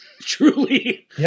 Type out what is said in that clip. truly